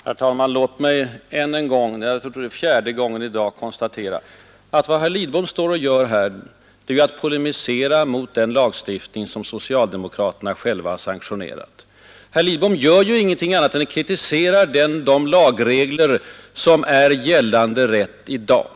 Herr talman! Låt mig än en gång — jag tror att det är fjärde gången i dag — konstatera att vad herr Lidbom nu gör är att polemisera mot den lagstiftning som socialdemokraterna själva har sanktionerat. Herr Lidbom gör ju ingenting annat än kritiserar de lagregler som är gällande rätt i dag.